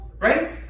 Right